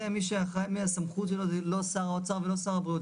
זה מי שהסמכות שלו הוא לא שר האוצר ולא שר הבריאות,